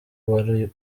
wari